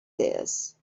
this